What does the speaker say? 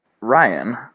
Ryan